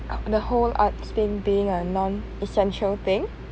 and the whole art scene being a non essential thing